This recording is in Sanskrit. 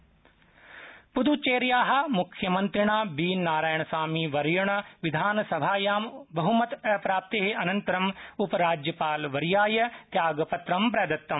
पुद्चेरी विधानसभा प्द्चेर्या मुख्यमन्त्रिणा बी नारायणसामीवर्येण विधानसभायां बहमत अप्राप्ते अनन्तरं उपराज्यपालवर्याय त्यागपत्रं प्रदत्तम्